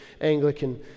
Anglican